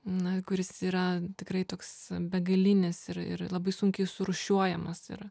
na kuris yra tikrai toks begalinis ir ir labai sunkiai surūšiuojamas ir